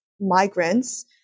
migrants